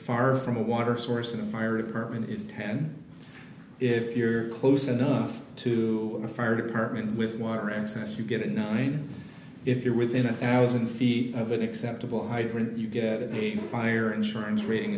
far from a water source in the fire department it's ten if you're close enough to the fire department with water access you get nine if you're within a thousand feet of an acceptable hydrant you get a fire insurance